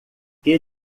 que